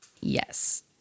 Yes